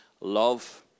love